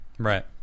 right